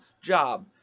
job